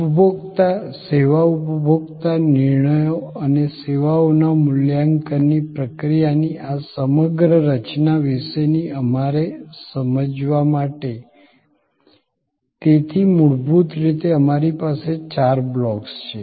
ઉપભોક્તા સેવા ઉપભોક્તા નિર્ણયો અને સેવાઓના મૂલ્યાંકનની પ્રક્રિયાની આ સમગ્ર રચના વિશેની અમારે સમજવા માટે તેથી મૂળભૂત રીતે અમારી પાસે ચાર બ્લોક્સ છે